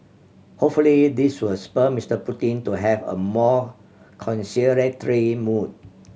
hopefully this will spur Mister Putin to have a more conciliatory mood